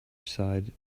side